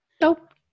Nope